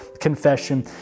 confession